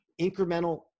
incremental